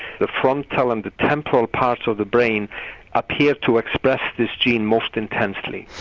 the frontal and the temporal parts of the brain appear to express this gene most intensely.